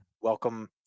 welcome